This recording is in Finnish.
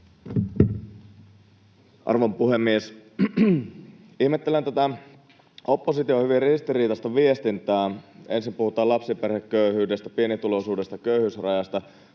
Arvon puhemies! Ihmettelen tätä opposition hyvin ristiriitaista viestintää. Ensin puhutaan lapsiperheköyhyydestä, pienituloisuudesta, köyhyysrajasta